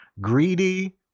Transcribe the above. Greedy